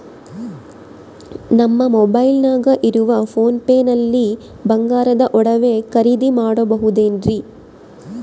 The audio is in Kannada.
ನಮ್ಮ ಮೊಬೈಲಿನಾಗ ಇರುವ ಪೋನ್ ಪೇ ನಲ್ಲಿ ಬಂಗಾರದ ಒಡವೆ ಖರೇದಿ ಮಾಡಬಹುದೇನ್ರಿ?